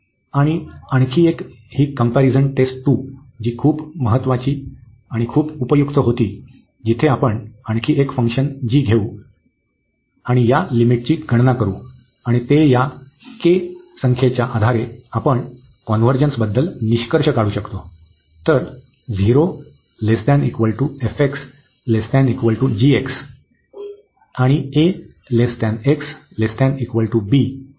आणि आणखी एक ही कम्पॅरिझन टेस्ट 2 जी खूप महत्वाची आणि खूप उपयुक्त होती जिथे आपण आणखी एक फंक्शन g घेवू आणि या लिमिटची गणना करू आणि ते या संख्येच्या आधारे आपण कॉन्व्हर्जन्सबद्दल निष्कर्ष काढू शकतो